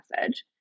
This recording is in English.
message